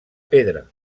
pedra